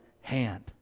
hand